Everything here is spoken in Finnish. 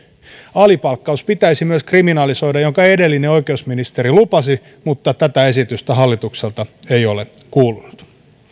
alipalkkaus pitäisi myös kriminalisoida minkä edellinen oikeusministeri lupasi mutta tätä esitystä hallitukselta ei ole kuulunut